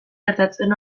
gertatzen